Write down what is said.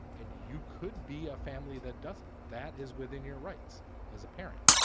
and you could be a family that doesn't. that is within your rights as a parent.